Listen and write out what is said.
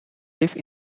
live